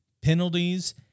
penalties